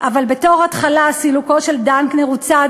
אבל בתור התחלה סילוקו של דנקנר הוא צעד